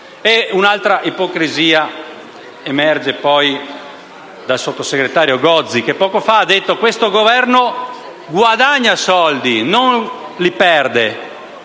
Un'altra ipocrisia emerge poi dal sottosegretario Gozi che poco fa ha detto che questo Governo guadagna soldi, non li perde.